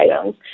items